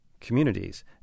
communities